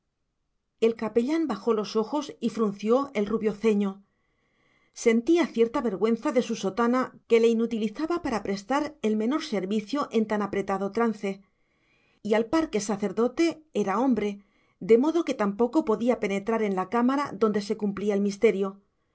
el capellán bajó los ojos y frunció el rubio ceño sentía cierta vergüenza de su sotana que le inutilizaba para prestar el menor servicio en tan apretado trance y al par que sacerdote era hombre de modo que tampoco podía penetrar en la cámara donde se cumplía el misterio